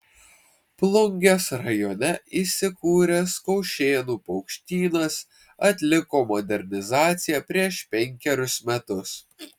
plungės rajone įsikūręs kaušėnų paukštynas atliko modernizaciją prieš penkerius metus